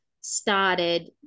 started